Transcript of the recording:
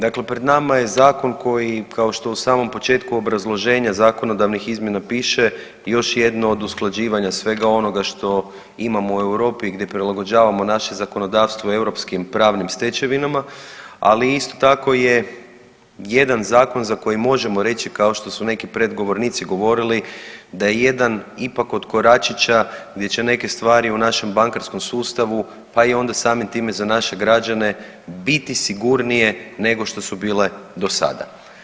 Dakle pred nama je zakon koji, kao što u samom početku obrazloženja zakonodavnih izmjena piše, još jedno od usklađivanja svega onoga što imamo u Europi i gdje prilagođavamo naše zakonodavstvo europskim pravnim stečevinama, ali isto tako je jedan zakon za koji možemo reći, kao što su neki predgovornici govorili, da je jedan ipak od koračića gdje će neke stvari u našem bankarskom sustavu, pa i onda samim time za naše građane biti sigurnije nego što su bile do sada.